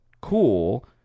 cool